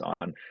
on